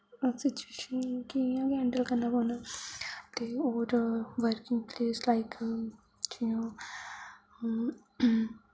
ते उस सिचुएशन गी इ'यां गे हैंडल करना पोना ते होर वर्किंग प्लेस लाइक इ'यां